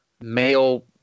male